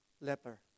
leper